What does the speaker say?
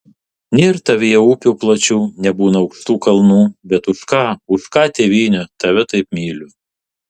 nėr tavyje upių plačių nebūna aukštų kalnų bet už ką už ką tėvyne tave taip myliu